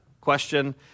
question